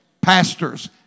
pastors